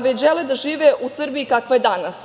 već žele da žive u Srbiji kakva je danas.